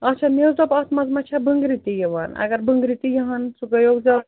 آچھا مےٚ حظ دوٚپ اَتھ منٛز مَہ چھےٚ بٔنٛگرِ تہِ یِوان اگر بٔنٛگرِ تہِ یِہَن سُہ گٔیو زیادٕ